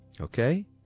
Okay